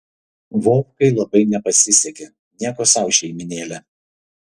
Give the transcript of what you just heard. vovkai labai nepasisekė nieko sau šeimynėlė